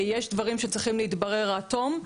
יש דברים שצריכים להתברר עד תום.